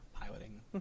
piloting